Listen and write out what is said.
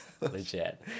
legit